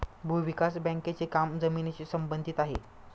भूविकास बँकेचे काम जमिनीशी संबंधित आहे